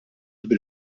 bil